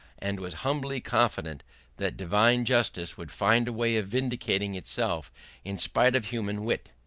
and was humbly confident that divine justice would find a way of vindicating itself in spite of human wit.